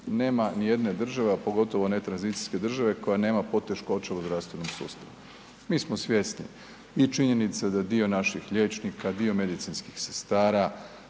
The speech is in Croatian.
nema nijedne države, a pogotovo ne tranzicijske države koja nema poteškoća u zdravstvenom sustavu. Mi smo svjesni i činjenice da dio naših liječnika, dio medicinskih sestara